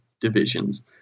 divisions